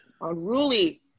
unruly